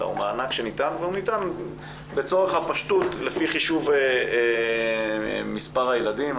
הוא מענק שניתן והוא ניתן לצורך הפשטות לפי חישוב מספר הילדים,